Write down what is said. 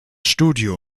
studio